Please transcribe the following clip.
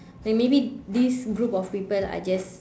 like maybe this group of people are just